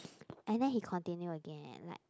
and then he continue again and like